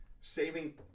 Saving